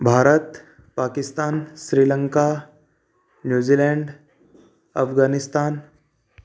Bharat Pakistan Sri Lanka New Zealand Afghanistan